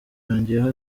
yongeyeho